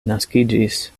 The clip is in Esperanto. naskiĝis